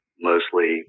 mostly